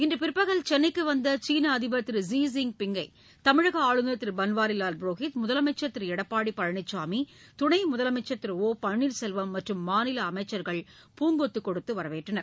இன்றுபிற்பகல் சென்னைக்குவந்தசீனஅதிபர் திரு ஸீ ஜின்பிங்கை தமிழகஆளுநர் திருபன்வாரிலால் புரோஹித் முதலமைச்சர் திருஎடப்பாடிபழனிசாமி துணைமுதலமைச்சர் திரு ஓ பன்னீர்செல்வம் மற்றும் மாநிலஅமைச்சர்கள் பூங்கொத்துகொடுத்துவரவேற்றனர்